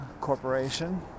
Corporation